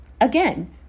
Again